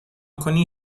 کنی